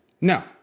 No